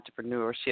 entrepreneurship